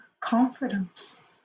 confidence